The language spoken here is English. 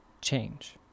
change